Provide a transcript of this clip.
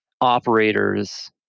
operators